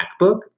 MacBook